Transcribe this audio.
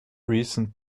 recent